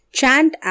chant